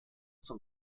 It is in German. zum